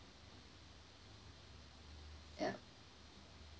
yup